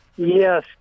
Yes